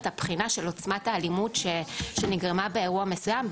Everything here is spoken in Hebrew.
הבחינה של עוצמת האלימות שנגרמה באירוע מסוים,